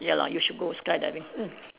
ya lah you should go skydiving mm